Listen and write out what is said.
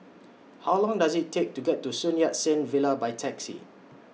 How Long Does IT Take to get to Sun Yat Sen Villa By Taxi